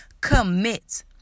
Commit